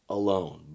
alone